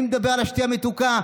מי מדבר על השתייה המתוקה?